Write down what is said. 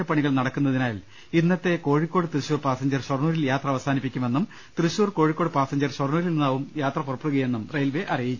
റ്റപ്പണികൾ നടക്കുന്നതിനാൽ ഇന്നത്തെ കോഴിക്കോട് തൃശൂർ പാസഞ്ചർ ഷൊർണ്ണൂരിൽ യാത്ര അവസാനിപ്പിക്കുമെന്നും തൃശൂർ കോഴിക്കോട് പാസഞ്ചർ ഷൊർണ്ണൂരിൽനിന്നാവും യാത്ര പുറപ്പെടുകയെന്നും റെയിൽവെ അറിയിച്ചു